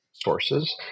sources